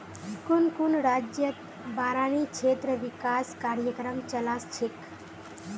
कुन कुन राज्यतत बारानी क्षेत्र विकास कार्यक्रम चला छेक